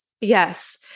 Yes